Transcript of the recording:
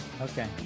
Okay